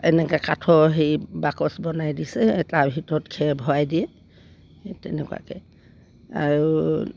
এনেকৈ কাঠৰ সেই বাকচ বনাই দিছে তাৰ ভিতৰত খেৰ ভৰাই দিয়ে তেনেকুৱাকৈ আৰু